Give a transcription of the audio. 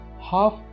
half